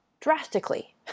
drastically